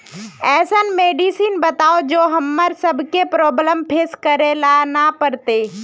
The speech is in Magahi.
ऐसन मेडिसिन बताओ जो हम्मर सबके प्रॉब्लम फेस करे ला ना पड़ते?